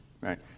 right